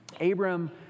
Abram